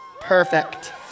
Perfect